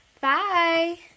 Bye